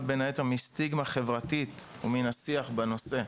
בין היתר מסטיגמה חברתית ומן השיח בנושא.